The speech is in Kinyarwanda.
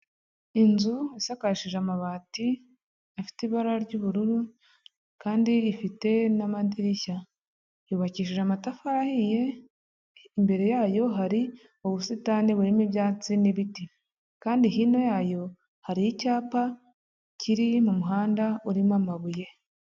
Inzu isakajije amabati afite ibara ry'ubururu kandi ifite n'amadirishya yubakishije amatafari ahiye, imbere yayo hari ubusitani burimo ibyatsi n'ibiti kandi hino yayo hariho icyapa kiri mu muhanda urimo amabuye.